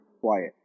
quiet